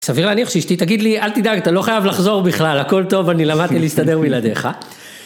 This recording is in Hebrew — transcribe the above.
סביר להניח שאשתי תגיד לי אל תדאג אתה לא חייב לחזור בכלל הכל טוב אני למדתי להסתדר בלעדיך